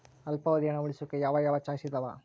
ಅಲ್ಪಾವಧಿ ಹಣ ಉಳಿಸೋಕೆ ಯಾವ ಯಾವ ಚಾಯ್ಸ್ ಇದಾವ?